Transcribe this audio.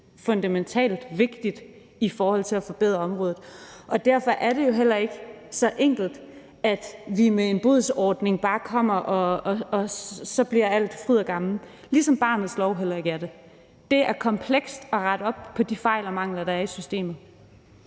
fundamentalt vigtigt i forhold til at forbedre området. Og derfor er det jo heller ikke så enkelt, at vi med en bodsordning bare kommer og gør alt fryd og gammen, ligesom barnets lov heller ikke er det. Det er komplekst at rette op på de fejl og mangler, der er i systemet.